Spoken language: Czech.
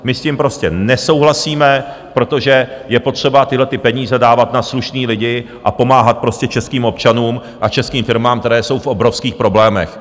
My s tím prostě nesouhlasíme, protože je potřeba tyhlety peníze dávat na slušné lidi a pomáhat prostě českým občanům a českým firmám, které jsou v obrovských problémech.